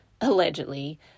allegedly